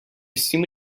cima